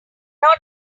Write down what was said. only